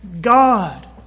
God